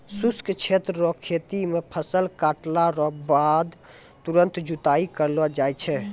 शुष्क क्षेत्र रो खेती मे फसल काटला रो बाद तुरंत जुताई करलो जाय छै